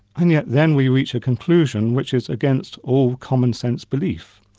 and yet then we reach a conclusion which is against all commonsense belief.